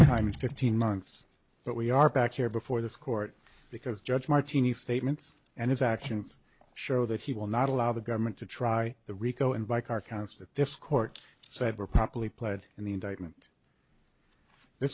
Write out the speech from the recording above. time in fifteen months but we are back here before this court because judge martini statements and his actions show that he will not allow the government to try the rico and by car constant this court so ever properly played in the indictment th